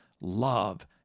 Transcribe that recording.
love